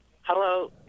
Hello